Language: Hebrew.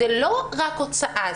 זה לא רק הוצאה.